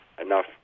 enough